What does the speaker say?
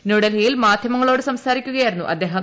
ന്യൂഡൽഹിയിൽ മാധ്യമങ്ങളോട് സംസാരിക്കുകയായിരുന്നു അദ്ദേഹം